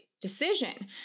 decision